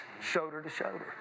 shoulder-to-shoulder